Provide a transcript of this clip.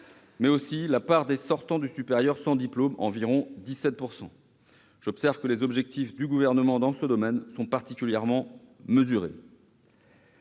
mais aussi de la part des sortants du supérieur sans diplôme, 17 % à l'heure actuelle. Les objectifs du Gouvernement dans ce domaine sont particulièrement mesurés